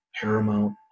paramount